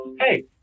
Hey